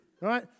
Right